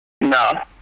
No